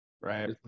right